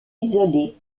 isolée